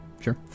sure